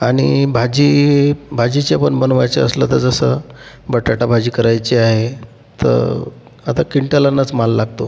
आणि भाजी भाजीचे पण बनवायचं असलं तर जसं बटाटा भाजी करायची आहे तर आता किंटलानंच माल लागतो